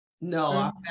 No